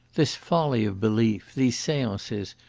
this folly of belief, these seances,